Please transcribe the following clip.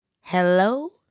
hello